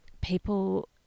people